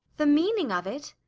the meaning of it?